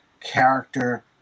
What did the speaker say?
character